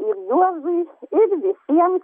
ir juozui ir visiems